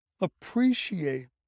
appreciate